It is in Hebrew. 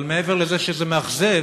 אבל מעבר לזה שזה מאכזב,